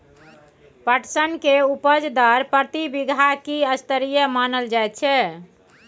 पटसन के उपज दर प्रति बीघा की स्तरीय मानल जायत छै?